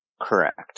Correct